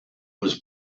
was